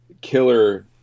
killer